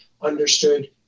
understood